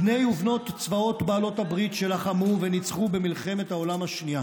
בני ובנות צבאות בעלות הברית שלחמו וניצחו במלחמת העולם השנייה